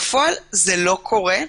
בפועל זה לא קורה.